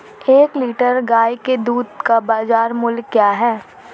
एक लीटर गाय के दूध का बाज़ार मूल्य क्या है?